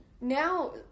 Now